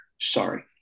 Sorry